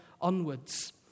onwards